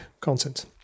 content